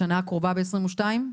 בשנה הקרובה, ב-2022?